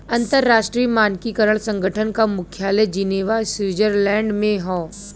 अंतर्राष्ट्रीय मानकीकरण संगठन क मुख्यालय जिनेवा स्विट्जरलैंड में हौ